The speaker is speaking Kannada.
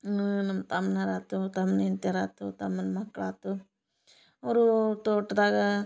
ಇನ್ನು ನಮ್ಮ ತಮ್ನರು ಆತು ತಮ್ಮನ ಹೆಂಡತೀರಾತು ತಮ್ಮನ ಮಕ್ಕಳಾತು ಅವರು ತೋಟದಾಗ